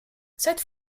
cette